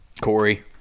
Corey